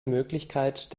möglichkeit